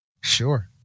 Sure